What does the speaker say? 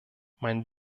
mein